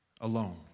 alone